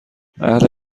اهل